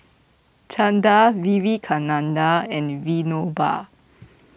Chanda Vivekananda and Vinoba